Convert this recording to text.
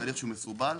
תהליך מסורבל.